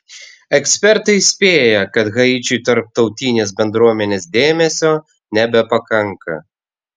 ekspertai įspėja kad haičiui tarptautinės bendruomenės dėmesio nebepakanka